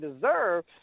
deserve